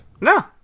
No